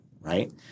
right